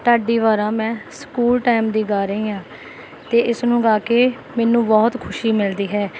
ਢਾਡੀ ਵਾਰਾਂ ਮੈਂ ਸਕੂਲ ਟਾਇਮ ਦੀ ਗਾ ਰਹੀ ਹਾਂ ਅਤੇ ਇਸਨੂੰ ਗਾ ਕੇ ਮੈਨੂੰ ਬਹੁਤ ਖੁਸ਼ੀ ਮਿਲਦੀ ਹੈ